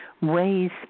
ways